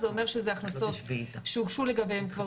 זה אומר שזה הכנסות שהוגשו לגביהן כבר